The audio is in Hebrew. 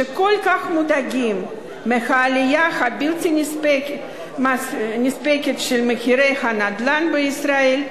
שכל כך מודאגים מהעלייה הבלתי-נפסקת של מחירי הנדל"ן בישראל,